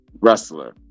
wrestler